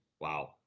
wow